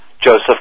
Joseph